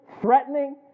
Threatening